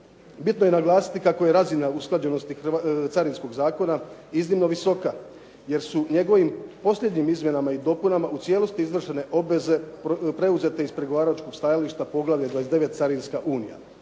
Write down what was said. Bitno je naglasiti kako je razina usklađenosti Carinskog zakona iznimno visoka jer su njegovim posljednjim izmjenama i dopunama u cijelosti izvršene obveze preuzete iz pregovaračkog stajališta Poglavlje 29. Carinska unija.